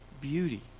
beauty